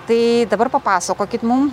tai dabar papasakokit mum